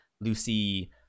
Lucy